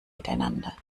miteinander